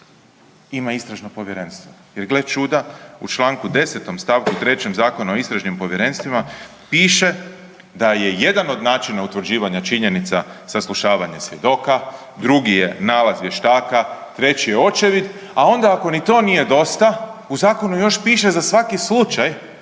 ima Istražno povjerenstvo. Jer gle čuda u članku 10. stavku 3. Zakona o istražnim povjerenstvima piše da je jedan od načina utvrđivanja činjenica saslušavanje svjedoka, drugi je nalaz vještaka, treći je očevid, a onda ako ni to nije dosta u Zakonu još piše za svaki slučaj